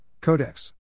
Codex